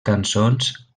cançons